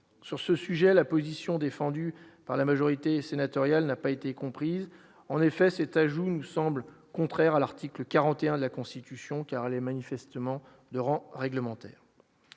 sur ce sujet la position défendue par la majorité sénatoriale n'a pas été comprise en effet c'est ajout nous semble contraire à l'article 41 de la Constitution car les manifestement de rang réglementaire